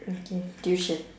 okay tuition